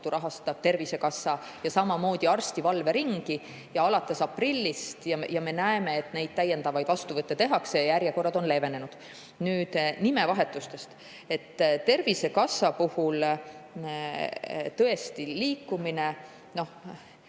rahastab Tervisekassa, samamoodi arsti valveringi ja seda alates aprillist. Me näeme, et neid täiendavaid vastuvõtte tehakse ja järjekorrad on leevenenud. Nüüd nimevahetustest. Tervisekassa puhul, tõesti, liigutakse